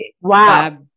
Wow